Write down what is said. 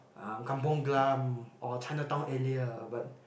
um Kampung-Glam or Chinatown area but